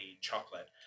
chocolate